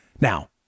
Now